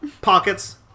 Pockets